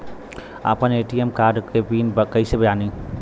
आपन ATM card के PIN कईसे जानी?